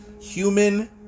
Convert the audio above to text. human